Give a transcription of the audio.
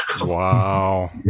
wow